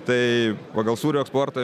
tai pagal sūrio eksportą